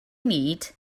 need